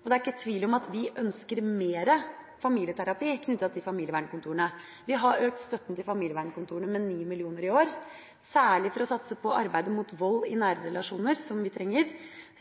Men det er ikke tvil om at vi ønsker mer familieterapi knyttet til familievernkontorene. Vi har økt støtten til familievernkontorene med 9 mill. kr i år – særlig for å satse på arbeidet mot vold i nære relasjoner, som vi trenger,